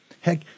Heck